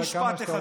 רק משפט אחד.